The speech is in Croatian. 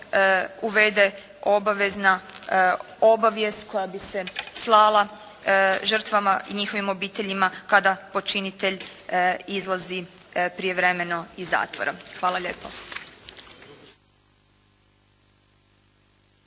uvede obavezna obavijest koja bi se slala žrtvama i njihovim obiteljima kada počinitelj izlazi prijevremeno iz zatvora. Hvala lijepo.